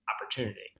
opportunity